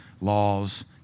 laws